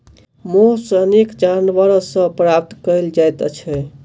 मौस अनेको जानवर सॅ प्राप्त करल जाइत छै